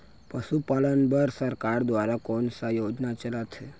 पशुपालन बर सरकार दुवारा कोन स योजना चलत हे?